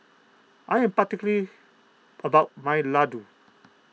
I am particular about my Ladoo